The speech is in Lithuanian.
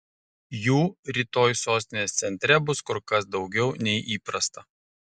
jų rytoj sostinės centre bus kur kas daugiau nei įprasta